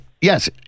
yes